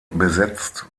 besetzt